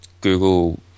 Google